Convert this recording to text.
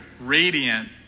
radiant